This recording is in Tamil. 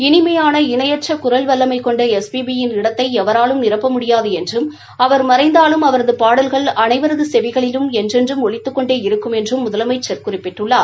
இளிமையான் இணையற்ற குரல் வல்லமை கொண்ட எஸ் பி பி யின் இடத்தை எவராலும் நிரப்ப முடியாது என்றும் அவர் மறைந்தாலும் அவரது பாடல்கள் அனைவரது செவிகளிலும் என்றென்றும் ஒலித்துக் கொண்டே இருக்கும் என்றும் முதலம்ச்சர் குறிப்பிட்டுள்ளார்